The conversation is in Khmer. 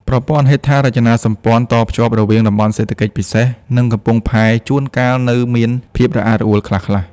ប្រព័ន្ធហេដ្ឋារចនាសម្ព័ន្ធតភ្ជាប់រវាង តំបន់សេដ្ឋកិច្ចពិសេស និងកំពង់ផែ ជួនកាលនៅមានភាពរអាក់រអួលខ្លះៗ។